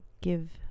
give